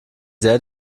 sehr